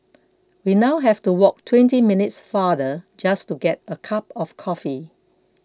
we now have to walk twenty minutes farther just to get a cup of coffee